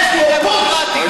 דמוקרטיה.